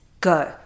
go